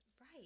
right